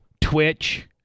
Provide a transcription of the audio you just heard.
Twitch